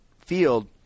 field